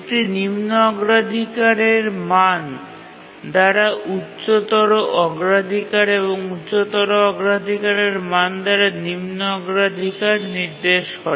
একটি নিম্ন অগ্রাধিকারের মান দ্বারা উচ্চতর অগ্রাধিকার এবং উচ্চতর অগ্রাধিকারের মান দ্বারা নিম্ন অগ্রাধিকার নির্দেশ করে